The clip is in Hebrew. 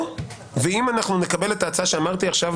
אם נקבל את ההצעה שהפניתי עכשיו